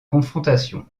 confrontation